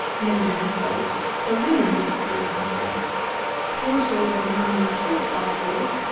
men have votes, so women must soon have votes poor children are taught by force,